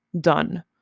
Done